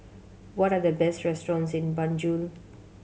what are the best restaurants in Banjul